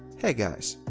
hey guys.